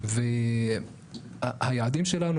וצריך